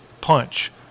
punch